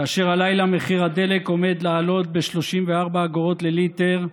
כאשר הלילה מחיר הדלק עומד לעלות ב-34 אגורות לליטר,